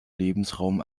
lebensraum